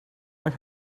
make